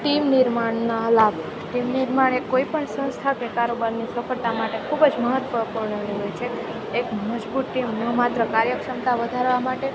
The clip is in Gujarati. ટીમ નિર્માણના લાભ ટીમ નિર્માણ એ કોઈપણ સંસ્થા કે કારોબારની સફળતા માટે ખૂબ જ મહત્ત્વપૂર્ણ રહે છે એક મજબૂત ટીમ ન માત્ર કાર્યક્ષમતા વધારવા માટે